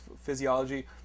physiology